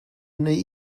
neu